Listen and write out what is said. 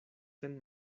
sen